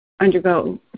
undergo